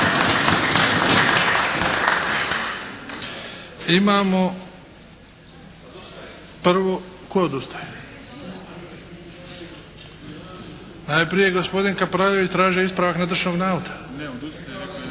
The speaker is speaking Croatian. Odustajem./ … Tko odustaje? Najprije gospodin Kapraljević traži ispravak netočnog navoda.